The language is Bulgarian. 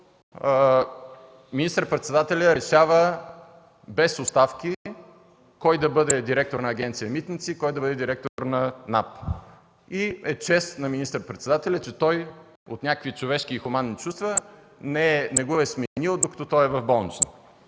министър-председателят решава без оставки кой да бъде директор на Агенция „Митници” и кой да бъде директор на НАП. Чест е на министър-председателя, че от някакви човешки и хуманни чувства не го е сменил, докато той е в болницата.